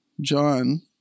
John